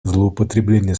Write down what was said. злоупотребления